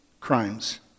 crimes